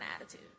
attitude